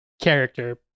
character